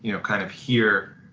you know kind of hear